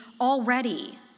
already